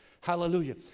hallelujah